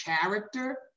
character